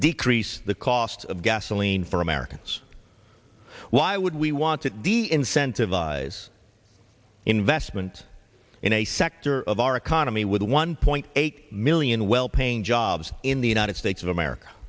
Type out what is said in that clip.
decrease the cost of gasoline for americans why would we want to the incentivize investment in a sector of our economy with one point eight million well paying jobs in the united states of america